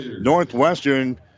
Northwestern